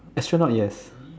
astronaut yes